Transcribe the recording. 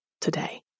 today